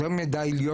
יותר מידי,